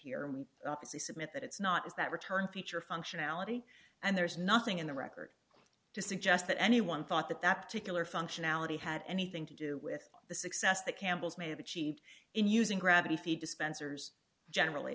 here and we submit that it's not is that return feature functionality and there's nothing in the record to suggest that anyone thought that that particular functionality had anything to do with the success that campbell's may have achieved in using gravity feed dispensers generally